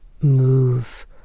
move